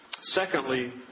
Secondly